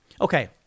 Okay